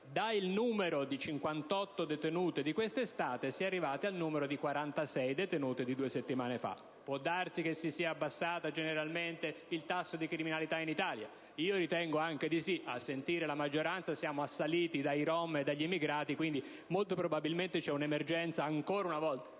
Dal numero di 58 detenute di quest'estate si è arrivati al numero di 46 di due settimane fa. Può darsi che si sia abbassato il tasso di criminalità in Italia. Io ritengo sia così, ma a sentire la maggioranza siamo assaliti dai rom e dagli immigrati, e quindi, molto probabilmente, c'è un'emergenza, ancora una volta,